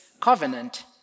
covenant